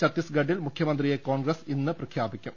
ഛത്തീസ്ഗഡിൽ മുഖ്യമന്ത്രിയെ കോൺഗ്രസ് ഇന്ന് പ്രഖ്യാപിക്കും